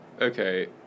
okay